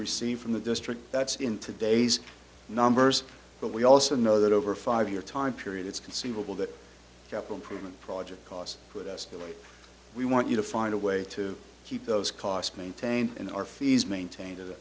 receive from the district that's in today's numbers but we also know that over a five year time period it's conceivable that the improvement project cost put us the way we want you to find a way to keep those costs maintained in our fees maintain